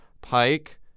pike